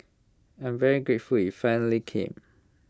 I am very grateful IT finally came